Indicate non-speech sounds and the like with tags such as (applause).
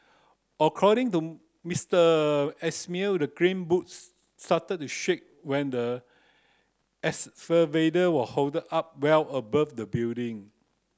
according to Mister Ismail the crane booms started to shake when the (unintelligible) was hold up well above the building